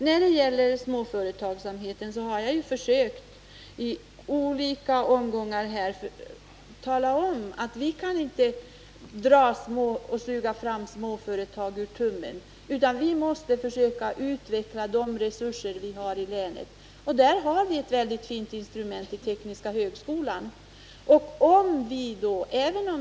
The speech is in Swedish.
När det gäller småföretagsamheten har jag i olika omgångar försökt tala om att vi inte kan dra fram småföretag ur tummen. Vi måste försöka utveckla de resurser vi har i länet. Där har vi ett väldigt fint instrument i tekniska högskolan.